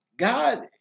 God